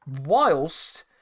whilst